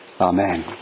Amen